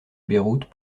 beyrouth